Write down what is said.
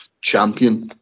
champion